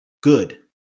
good